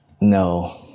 No